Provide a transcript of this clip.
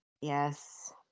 Yes